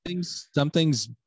Something's